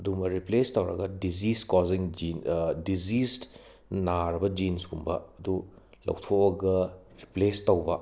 ꯑꯗꯨꯝ ꯔꯤꯄ꯭ꯂꯦꯁ ꯇꯧꯔꯒ ꯗꯤꯖꯤꯖ ꯀꯣꯖꯤꯡ ꯖꯤ ꯗꯤꯖꯤꯖ ꯅꯥꯔꯕ ꯖꯤꯟ꯭ꯁꯀꯨꯝꯕ ꯑꯗꯨ ꯂꯧꯊꯣꯛꯑꯒ ꯔꯤꯄ꯭ꯂꯦꯁ ꯇꯧꯕ